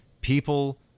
People